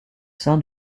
sein